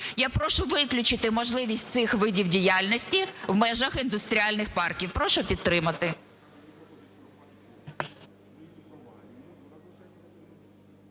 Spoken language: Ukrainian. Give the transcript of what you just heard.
Я прошу виключити можливість цих видів діяльності в межах індустріальних парків. Прошу підтримати.